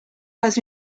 pas